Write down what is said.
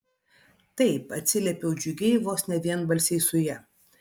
taip atsiliepiau džiugiai vos ne vienbalsiai su ja